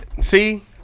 see